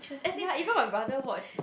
ya even my brother watch